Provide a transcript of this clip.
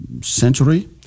century